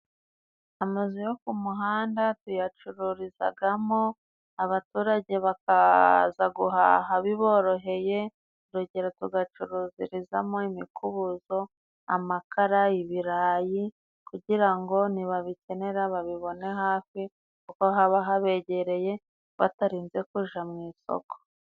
Amazu yo ku muhanda tuyacururizagamo, abaturage bakaza guhaha biboroheye. Urugero tugacuruzirezamo: imikubuzo, amakara, ibirayi kugirango ntibabikenera babibone hafi, kuko haba habegereye batarinze kuja mu isoko.